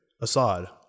Assad